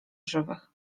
żywych